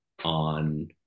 on